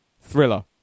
Thriller